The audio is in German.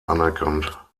anerkannt